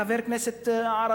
כחבר כנסת ערבי,